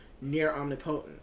near-omnipotent